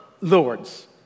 lords